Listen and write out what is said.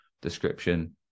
description